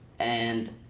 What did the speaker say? and